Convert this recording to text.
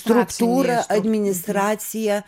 struktūrą administraciją